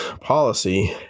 policy